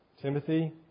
Timothy